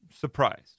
surprised